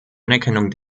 anerkennung